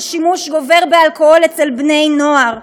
של שימוש גובר באלכוהול אצל בני-נוער.